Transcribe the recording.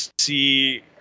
see